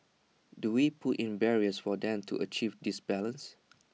do we put in barriers for them to achieve this balance